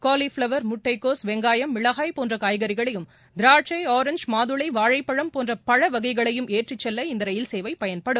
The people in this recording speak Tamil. காலிப்ளவர் முட்டைகோஸ் வெங்காயம் மிளகாய் போன்ற காய்கறிகளையும் திராட்சை ஆரஞ்ச் மாதுளை வாழைப்பழம் போன்ற பழ வகைகளையும் ஏற்றிச் செல்ல இந்த ரயில் சேவை பயன்படும்